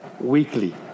weekly